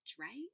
right